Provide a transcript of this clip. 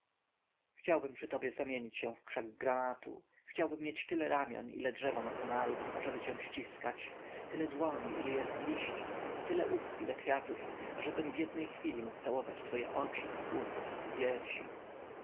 chciałbym przy tobie zamienić się w krzak granatu chciałbym mieć tyle ramion ile drzewo ma konarów ażeby cię ściskać tyle dłoni ile jest liści i tyle ust ile kwiatów ażebym w jednej chwili mógł całować twoje oczy usta piersi